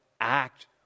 act